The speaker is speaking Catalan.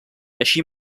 així